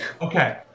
Okay